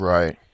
Right